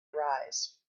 arise